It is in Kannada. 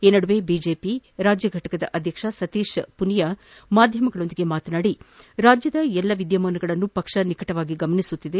ಈ ನಡುವೆ ಬಿಜೆಪಿ ರಾಜ್ಯ ಘಟಕದ ಅಧ್ಯಕ್ಷ ಸತೀಶ್ ಪುನಿಯಾ ಮಾಧ್ಯಮಗಳೊಂದಿಗೆ ಮಾತನಾಡಿ ರಾಜ್ಯದ ಎಲ್ಲ ಬೆಳವಣಿಗೆಗಳನ್ನು ಪಕ್ಷ ನಿಕಟವಾಗಿ ಗಮನಿಸುತ್ತಿದೆ